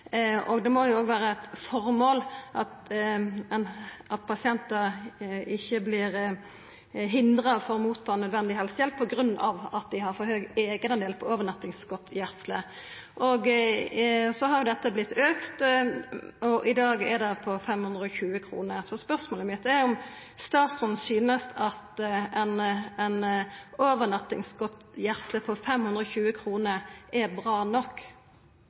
ho. Det må òg vera eit føremål at pasientar ikkje vert hindra i å ta imot nødvendig helsehjelp på grunn av at dei har for høg eigendel på overnattingsgodtgjersle. Denne har vorte auka, og i dag er han på 520 kr. Spørsmålet mitt er om statsråden synest at ei overnattingsgodtgjersle på 520 kr er bra nok.